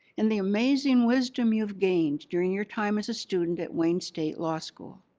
and the amazing wisdom you've gained during your time as a student at wayne state law school.